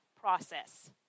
process